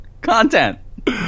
content